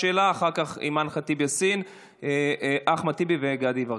אחר כך, אימאן ח'טיב יאסין, אחמד טיבי וגדי יברקן.